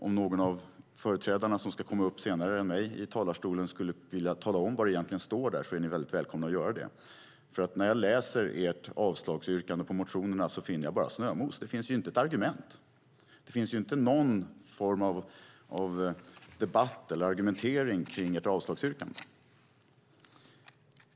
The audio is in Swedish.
Om någon av företrädarna som ska komma upp efter mig i talarstolen skulle vilja tala om vad det egentligen står där är ni väldigt välkomna att göra det, för när jag läser ert yrkande om avslag på motionerna finner jag bara snömos. Det finns inte ett argument. Det finns inte någon form av debatt eller argumentering kring ert avslagsyrkande.